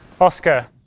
Oscar